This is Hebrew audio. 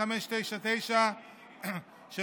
פ/1599/24,